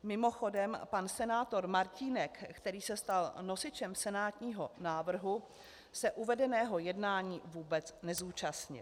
Mimochodem, pan senátor Martínek, který se stal nosičem senátního návrhu, se uvedeného jednání vůbec nezúčastnil.